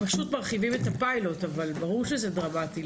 פשוט מרחיבים את הפיילוט אבל ברור שזה דרמטי.